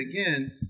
Again